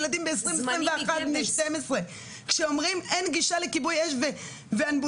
ילדים בשנת 2021. כשאומרים להם שאין גישה לכיבוי אש ואמבולנסים,